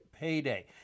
payday